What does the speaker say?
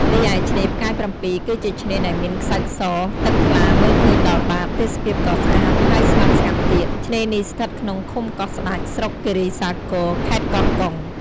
រីឯឆ្នេរផ្កាយ៧ គឺជាឆ្នេរដែលមានខ្សាច់ស ទឹកថ្លាមើលឃើញដល់បាត ទេសភាពក៏ស្អាត ហើយស្ងប់ស្ងាត់ទៀត ឆ្នេរនេះស្ថិតក្នុងឃុំកោះស្តេច ស្រុកគីរីសាគរ ខេត្តកោះកុង។